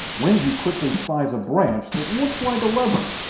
wendy quickly spies a branch that looks like a lever,